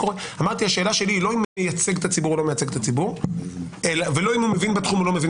ואמרתי שהשאלה שלי היא לא אם מייצג את הציבור ואם הוא מבין בתחום,